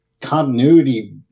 continuity